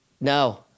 No